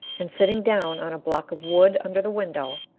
and sitting down on a block of wood under the window,